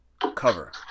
cover